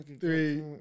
three